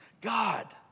God